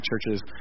churches